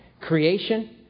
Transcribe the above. Creation